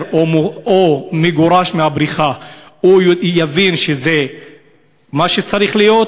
או מגורש מהבריכה יבין שזה מה שצריך להיות,